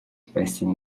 байсан